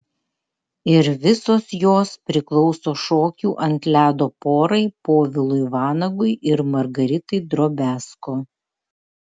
ir visos jos priklauso šokių ant ledo porai povilui vanagui ir margaritai drobiazko